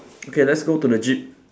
okay let's go to the jeep